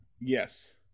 Yes